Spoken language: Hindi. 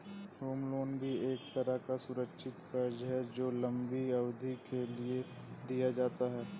होम लोन भी एक तरह का सुरक्षित कर्ज है जो लम्बी अवधि के लिए दिया जाता है